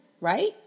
right